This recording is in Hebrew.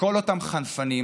לכל אותם חנפנים,